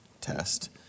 test